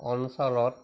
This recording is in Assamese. অঞ্চলত